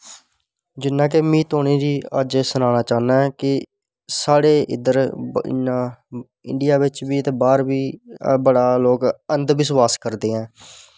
जियां की तुसें गी में सनाना चाह्न्नां ऐं कि साढ़े इध्दर इन्ना इंडियां बिच्च बी ते बाह्र बी बड़ा लोग अंध निश्वास करदे ऐं